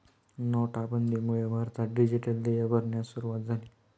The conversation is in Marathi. नोटाबंदीमुळे भारतात डिजिटल देय भरण्यास सुरूवात झाली